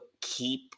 keep